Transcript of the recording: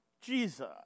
Jesus